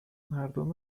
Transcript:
مردم